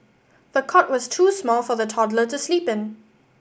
the cot was too small for the toddler to sleep in